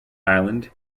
island